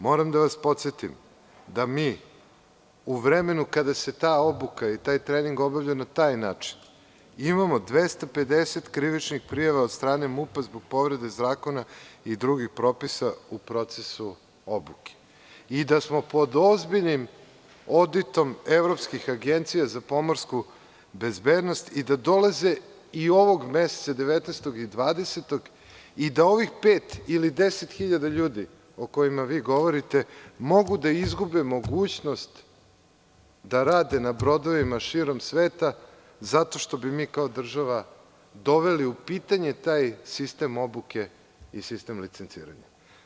Moram da vas podsetim da mi u vremenu kada se ta obuka i taj trening obavljaju na taj način imamo 250 krivičnih prijava od straneMUP zbog povrede zakona i drugih propisa u procesu obuke i da smo pod ozbiljnim oditom evropskih agencija za pomorsku bezbednost i da dolaze i ovog meseca, 19. i 20. i da ovih pet ili 10 hiljada ljudi o kojima vi govorite mogu da izgube mogućnost da rade na brodovima širom sveta zato što bi mi kao država doveli u pitanje taj sistem obuke i sistem licenciranja.